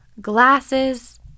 glasses